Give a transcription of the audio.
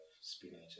spinach